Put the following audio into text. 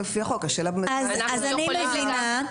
אז אני מבינה,